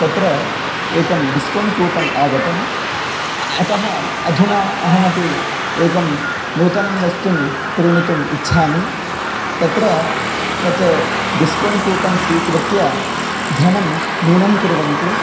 तत्र एकं discount coupon आगतम् अतः अधुना अहमपि एकं नूतनं वस्तु क्रीणितुम् इच्छामि तत्र तत् डिस्कौण्ट् कूपन् स्वीकृत्य धनं न्यूनं कुर्वन्तु